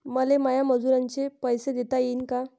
मले माया मजुराचे पैसे देता येईन का?